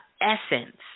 essence